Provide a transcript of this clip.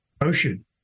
ocean